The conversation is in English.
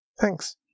Thanks